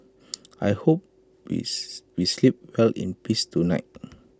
I hope we we sleep well in peace tonight